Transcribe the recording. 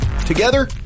Together